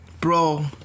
bro